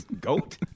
Goat